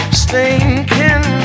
stinking